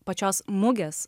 pačios mugės